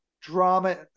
drama